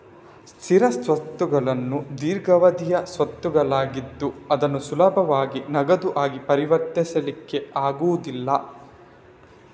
ಸ್ಥಿರ ಸ್ವತ್ತುಗಳು ದೀರ್ಘಾವಧಿಯ ಸ್ವತ್ತುಗಳಾಗಿದ್ದು ಅದನ್ನು ಸುಲಭವಾಗಿ ನಗದು ಆಗಿ ಪರಿವರ್ತಿಸ್ಲಿಕ್ಕೆ ಆಗುದಿಲ್ಲ